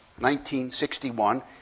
1961